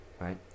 right